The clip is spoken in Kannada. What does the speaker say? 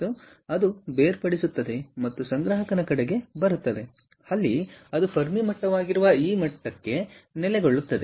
ಆದ್ದರಿಂದ ಅದು ಬೇರ್ಪಡಿಸುತ್ತದೆ ಮತ್ತು ಸಂಗ್ರಾಹಕನ ಕಡೆಗೆ ಬರುತ್ತದೆ ಅಲ್ಲಿ ಅದು ಫೆರ್ಮಿ ಮಟ್ಟವಾಗಿರುವ ಈ ಮಟ್ಟಕ್ಕೆ ನೆಲೆಗೊಳ್ಳುತ್ತದೆ